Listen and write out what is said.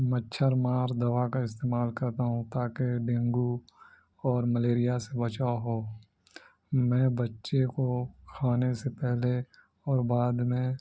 مچھر مار دوا کا استعمال کرتا ہوں تاکہ ڈینگو اور ملیریا سے بچاؤ ہو میں بچے کو کھانے سے پہلے اور بعد میں